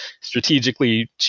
strategically